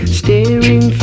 staring